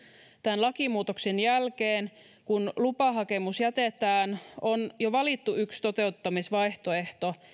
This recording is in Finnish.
tämän lakimuutoksen jälkeen kun lupahakemus jätetään on jo valittu yksi toteuttamisvaihtoehto